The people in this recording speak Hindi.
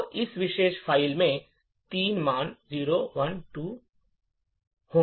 तो इस विशेष फ़ाइल में 3 मान 0 1 या 2 होंगे